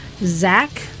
Zach